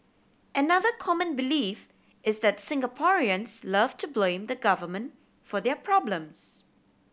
another common belief is that Singaporeans love to blame the Government for their problems